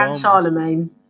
Charlemagne